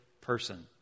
person